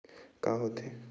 का होथे?